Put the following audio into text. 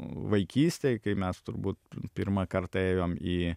vaikystėj kai mes turbūt pirmą kartą ėjome į